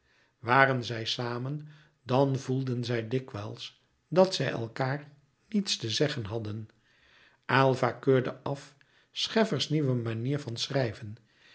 waren zij samen dan voelden zij dikwijls dat zij elkaâr niets te zeggen hadden aylva keurde af scheffers nieuwste manier van schrijven